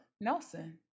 Nelson